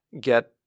get